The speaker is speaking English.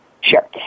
Sure